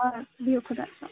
آ بِہِو خۄدایَس حَوال